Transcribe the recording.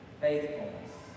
faithfulness